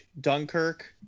Dunkirk